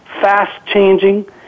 fast-changing